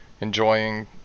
enjoying